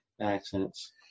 accents